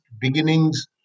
beginnings